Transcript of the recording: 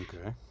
Okay